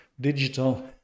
digital